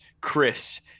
Chris